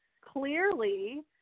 clearly